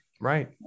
Right